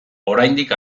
oraindik